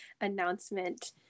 announcement